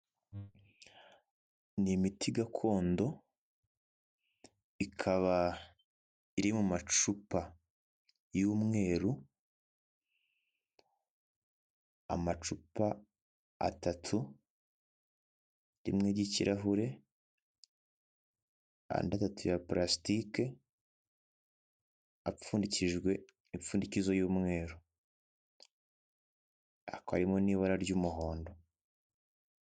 Ni imiti gakondo ikaba iri mu macupa y'umweru, amacupa atatu, rimwe ry'ikirahure andi atatu ya palasitike apfundikijwe impfundikizo y'umweru. Ariko harimo n'ibara ry'umuhondo.